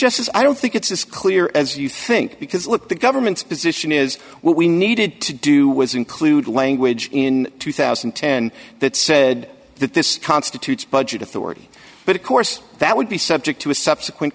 justice i don't think it's as clear as you think because look the government's position is what we needed to do was include language in two thousand and ten that said that this constitutes budget authority but of course that would be subject to a subsequent